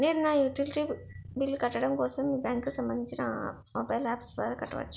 నేను నా utility bills కట్టడం కోసం మీ బ్యాంక్ కి సంబందించిన మొబైల్ అప్స్ ద్వారా కట్టవచ్చా?